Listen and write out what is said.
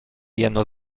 jeno